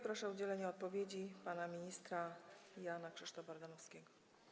Proszę o udzielenie odpowiedzi pana ministra Jana Krzysztofa Ardanowskiego.